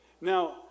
Now